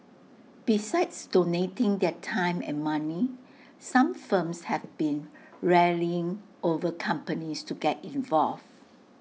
besides donating their time and money some firms have been rallying over companies to get involved